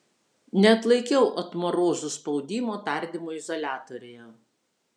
neatlaikiau otmorozų spaudimo tardymo izoliatoriuje